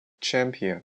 champion